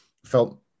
felt